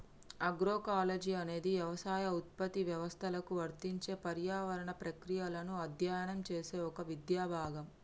agroecology అనేది యవసాయ ఉత్పత్తి వ్యవస్థలకు వర్తించే పర్యావరణ ప్రక్రియలను అధ్యయనం చేసే ఒక విద్యా భాగం